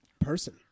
person